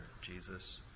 Jesus